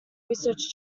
research